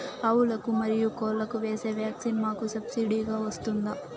ఆవులకు, మరియు కోళ్లకు వేసే వ్యాక్సిన్ మాకు సబ్సిడి గా వస్తుందా?